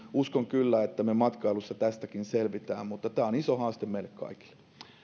uskon kyllä että me matkailussa tästäkin selviämme mutta tämä on iso haaste meille kaikille